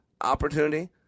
opportunity